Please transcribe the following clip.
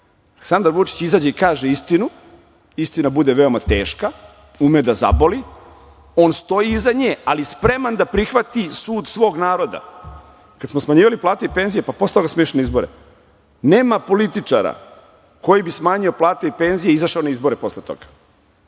Aleksandar Vučić izađe i kaže istinu, istina bude veoma teška, ume da zaboli, on stoji iza nje, ali spreman da prihvati sud svog naroda. Kada smo smanjivali plate i penzije, pa posle toga smo išli na izbore. Nema političara koji bi smanjio plate i penzije i izašao na izbore posle toga.